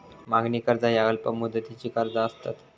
मागणी कर्ज ह्या अल्प मुदतीची कर्जा असतत